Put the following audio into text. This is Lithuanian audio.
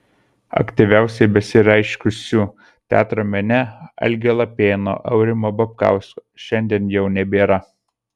aktyviausiai besireiškusių teatro mene algio lapėno aurimo babkausko šiandien jau nebėra